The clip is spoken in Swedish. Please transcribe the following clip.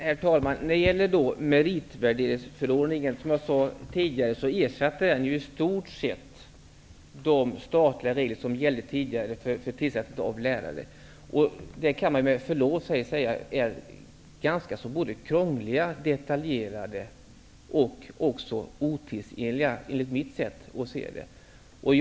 Herr talman! Meritvärderingsförordningen ersätter, som jag sade tidigare, i stort sett de statliga regler som gällde tidigare för tillsättandet av lärare. De är, med förlov sagt, ganska krångliga, detaljerade och, enligt mitt sätt att se, otidsenliga.